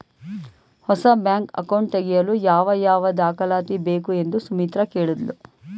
ಹೊಸ bank account ತೆಗೆಯಲು ಯಾವ ಯಾವ ದಾಖಲಾತಿ ಬೇಕು ಎಂದು ಸುಮಿತ್ರ ಕೇಳಿದ್ಲು